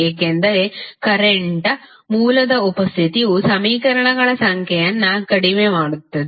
ಏಕೆಂದರೆ ಕರೆಂಟ್ ಮೂಲದ ಉಪಸ್ಥಿತಿಯು ಸಮೀಕರಣಗಳ ಸಂಖ್ಯೆಯನ್ನು ಕಡಿಮೆ ಮಾಡುತ್ತದೆ